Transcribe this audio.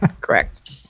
Correct